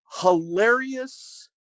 hilarious